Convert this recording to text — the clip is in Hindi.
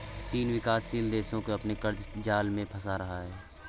चीन विकासशील देशो को अपने क़र्ज़ जाल में फंसा रहा है